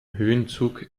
höhenzug